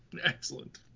Excellent